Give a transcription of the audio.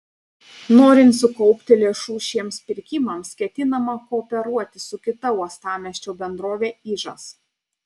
norint sukaupti lėšų šiems pirkimams ketinama kooperuotis su kita uostamiesčio bendrove ižas